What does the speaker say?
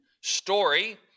story